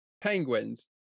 Penguins